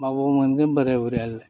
बबाव मोनगोन बोराइ बुरैयालाय